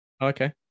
Okay